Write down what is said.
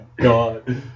god